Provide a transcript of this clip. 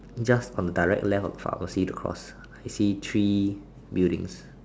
just on the direct left of the pharmacy the cross you see three buildings